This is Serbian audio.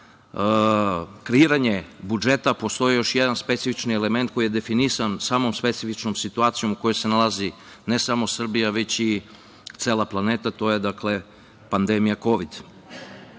kreiranje budžeta, postoji još jedan specifični element koji je definisan samom specifičnom situacijom u kojoj se nalazi ne samo Srbija, već i cela planeta, a to je pandemija